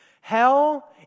Hell